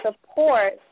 support